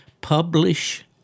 publish